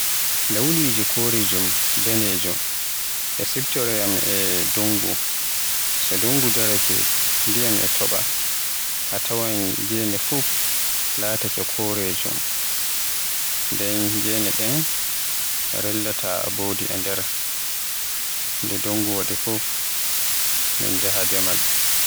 Launiji korejum danejum e siftoroyam e dundu, so dungu daraake ndiyam e topa. A tawan gene fuf laatake korejum, ende gene ɗen a rellata mbodi e nder. Nde dungu waɗi fuf min jaha demal.